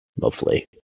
Lovely